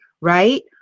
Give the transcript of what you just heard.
right